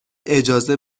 اجازه